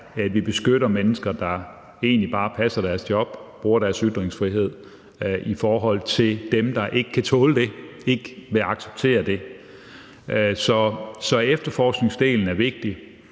at vi beskytter mennesker, der egentlig bare passer deres job og bruger deres ytringsfrihed i forhold til dem, som ikke kan tåle det, som ikke vil acceptere det. Så efterforskningsdelen er vigtig,